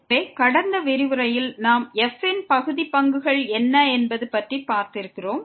எனவே கடந்த விரிவுரையில் நாம் f ன் பகுதி பங்குகள் என்ன என்பது பற்றி பார்த்திருந்தோம்